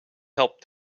help